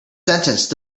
sentence